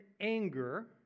anger